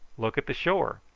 look at the shore.